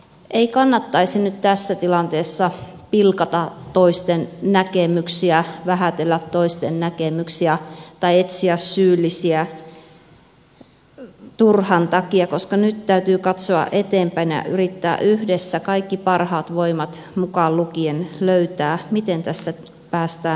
ei kannattaisi nyt tässä tilanteessa pilkata toisten näkemyksiä vähätellä toisten näkemyksiä tai etsiä syyllisiä turhan takia koska nyt täytyy katsoa eteenpäin ja yrittää yhdessä kaikki parhaat voimat mukaan lukien löytää miten tästä päästään ulos